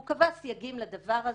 הוא קבע סייגים לדבר הזה,